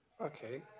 Okay